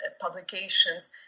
publications